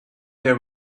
there